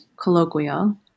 colloquial